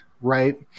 right